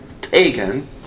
pagan